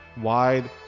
wide